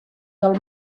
del